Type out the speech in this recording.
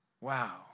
Wow